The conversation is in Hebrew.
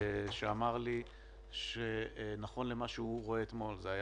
שאמר שנכון למה שהוא רואה אתמול אושרו